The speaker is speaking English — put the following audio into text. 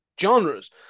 genres